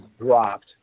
dropped